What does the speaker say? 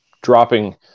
dropping